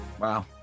Wow